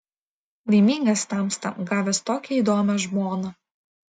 laimingas tamsta gavęs tokią įdomią žmoną